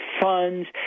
funds